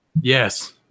Yes